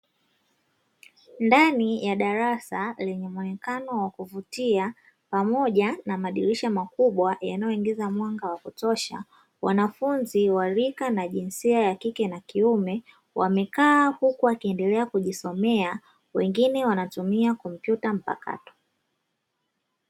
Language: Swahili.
Ndani ya darasa lenye muonekano wa kuvutia, pamoja na madirisha makubwa yanayoingiza mwanga wa kutosha. Wanafunzi wa rika na jinsia ya kike na kiume wamekaa, huku wakiendelea kujisomea, wengine wanatumia kompyuta mpakato.